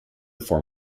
form